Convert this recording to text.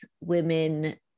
women